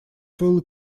fuel